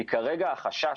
כי כרגע החשש,